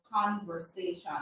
conversation